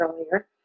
earlier